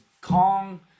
Kong